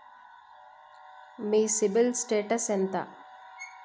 మీ CIBIL status ఎంత?